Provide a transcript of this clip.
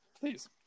Please